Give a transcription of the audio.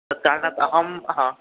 तत् कारणात् अहं हा